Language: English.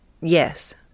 Yes